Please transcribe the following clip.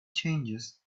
changes